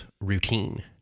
routine